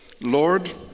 Lord